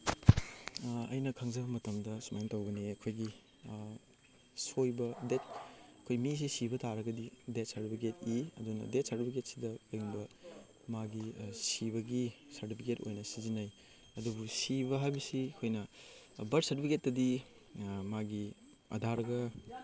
ꯑꯩꯅ ꯈꯪꯖꯕ ꯃꯇꯝꯗ ꯁꯨꯃꯥꯏꯅ ꯇꯧꯕꯅꯤ ꯑꯩꯈꯣꯏꯒꯤ ꯁꯣꯏꯕ ꯗꯦꯠ ꯑꯩꯈꯣꯏ ꯃꯤꯁꯦ ꯁꯤꯕ ꯇꯥꯔꯒꯗꯤ ꯗꯦꯠ ꯁꯥꯔꯇꯤꯐꯤꯀꯦꯠ ꯏ ꯑꯗꯨꯅ ꯗꯦꯠ ꯁꯥꯔꯇꯤꯐꯤꯀꯦꯠꯁꯤꯗ ꯀꯩꯒꯨꯝꯕ ꯃꯥꯒꯤ ꯁꯤꯕꯒꯤ ꯁꯥꯔꯇꯤꯐꯤꯀꯦꯠ ꯑꯣꯏꯅ ꯁꯤꯖꯤꯟꯅꯩ ꯑꯗꯨꯕꯨ ꯁꯤꯕ ꯍꯥꯏꯕꯁꯤ ꯑꯩꯈꯣꯏꯅ ꯕꯥꯔꯠ ꯁꯥꯔꯇꯤꯐꯤꯀꯦꯠꯇꯗꯤ ꯃꯥꯒꯤ ꯑꯙꯥꯔꯒ